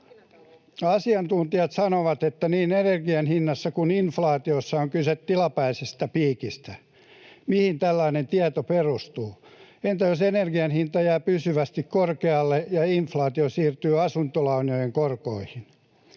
Asiantuntijat sanovat, että niin energian hinnassa kuin inflaatiossa on kyse tilapäisestä piikistä. Mihin tällainen tieto perustuu? Entä jos energian hinta jää pysyvästi korkealle ja inflaatio siirtyy asuntolainojen korkoihin?